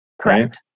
Correct